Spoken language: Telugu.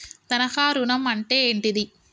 తనఖా ఋణం అంటే ఏంటిది?